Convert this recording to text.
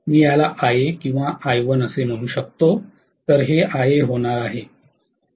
मी याला Ia किंवा Il असे म्हणू शकतो तर हे Ia होणार आहे